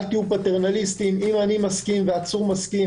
אל תהיו פטרנליסטיים אם אני מסכים והעצור מסכים